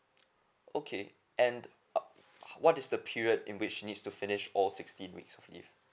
okay and uh what is the period in which needs to finish all sixteen weeks of leave